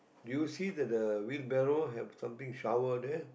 you see that the wheel barrow have something shower there